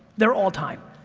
they're all time.